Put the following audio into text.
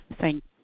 Thank